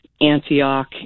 Antioch